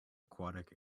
aquatic